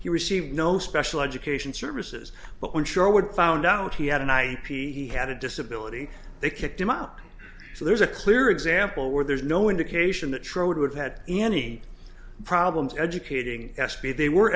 he received no special education services but one sure would found out he had an eye he had a disability they kicked him out so there's a clear example where there's no indication that schroeder had had any problems educating espied they were